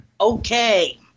Okay